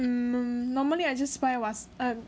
mm normally I just buy